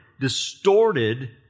distorted